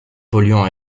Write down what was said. polluants